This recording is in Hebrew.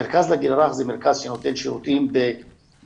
מרכז לגיל הרך הוא מרכז שנותן שירותים במספר